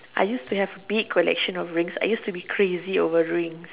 I used to have big collection of rings I used to be crazy over rings